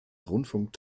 rundfunk